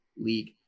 league